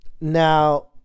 Now